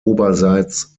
oberseits